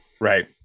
Right